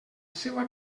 seua